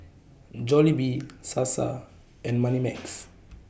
Jollibee Sasa and Moneymax